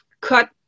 cut